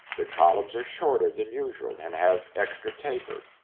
the columns are shorter than usual and have extra taper.